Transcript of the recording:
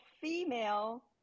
female